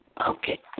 Okay